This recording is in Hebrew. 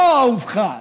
לא "אהובך",